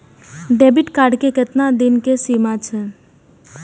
Debit card के केतना दिन के सीमा छै?